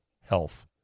health